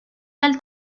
del